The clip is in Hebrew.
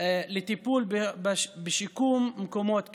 לטיפול ושיקום מקומות כאלה,